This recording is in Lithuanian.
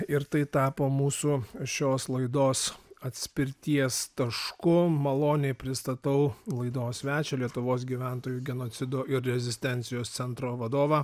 ir tai tapo mūsų šios laidos atspirties tašku maloniai pristatau laidos svečią lietuvos gyventojų genocido ir rezistencijos centro vadovą